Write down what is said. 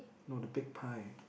no the big pie